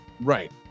Right